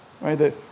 Right